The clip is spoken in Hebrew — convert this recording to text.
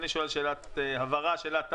אני שואל שאלות הבהרה ושאלות תם.